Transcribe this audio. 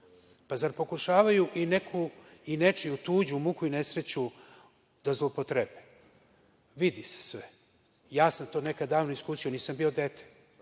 Pa, zar pokušavaju i nečiju tuđu muku i nesreću da zloupotrebe? Vidi se sve. Ja sam to nekada davno iskusio, nisam bio dete,